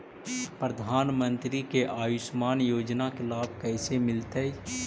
प्रधानमंत्री के आयुषमान योजना के लाभ कैसे मिलतै?